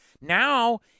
Now